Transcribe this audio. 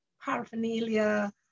paraphernalia